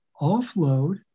offload